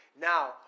Now